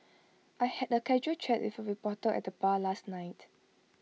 I had A casual chat with A reporter at the bar last night